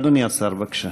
אדוני השר, בבקשה.